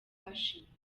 bashimuswe